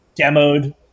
demoed